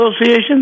Association